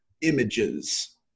images